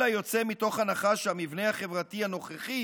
אלא יוצא מתוך הנחה שהמבנה החברתי הנוכחי